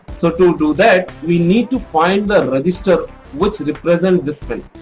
so to do that we need to find the register which represent this pin.